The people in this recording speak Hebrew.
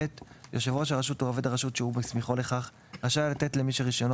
(ב) יושב ראש הרשות או עובד הרשות שהוא הסמיכו לכך רשאי לתת למי שרישיונו